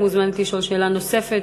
את מוזמנת לשאול שאלה נוספת,